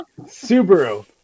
Subaru